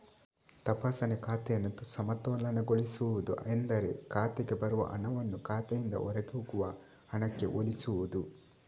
ತಪಾಸಣೆ ಖಾತೆಯನ್ನು ಸಮತೋಲನಗೊಳಿಸುವುದು ಎಂದರೆ ಖಾತೆಗೆ ಬರುವ ಹಣವನ್ನು ಖಾತೆಯಿಂದ ಹೊರಹೋಗುವ ಹಣಕ್ಕೆ ಹೋಲಿಸುವುದು